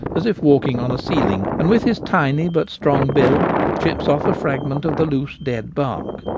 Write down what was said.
as if walking on a ceiling, and with his tiny but strong bill chips off a fragment of the loose dead bark.